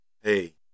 Hey